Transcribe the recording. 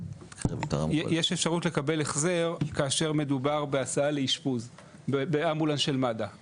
יש אפשרות לקבל החזר כאשר מדובר בהסעה לאשפוז באמבולנס של מד"א.